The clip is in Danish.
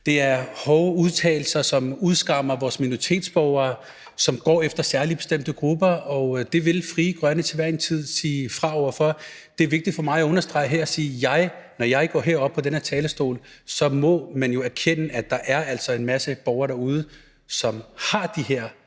det er hårde udtalelser, som udskammer vores minoritetsborgere, som går efter bestemte grupper, og det vil Frie Grønne til hver en tid sige fra over for. Det er vigtigt for mig at understrege her, at man, når man går herop på den her talerstol, jo så må erkende, at der altså er en masse borgere derude, som har de her